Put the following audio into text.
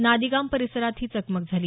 नादिगाम परिसरात ही चकमक झाली